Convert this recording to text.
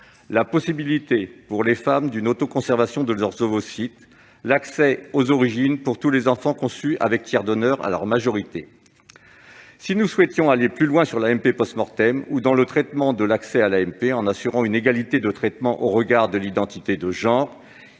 la possibilité pour les femmes d'une autoconservation de leurs ovocytes. Je pense encore à l'accès aux origines pour tous les enfants conçus avec tiers donneur, à leur majorité. Si nous souhaitions aller plus loin sur l'AMP ou dans le traitement de l'accès à l'AMP, en assurant une égalité de traitement au regard de l'identité de genre,